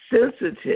sensitive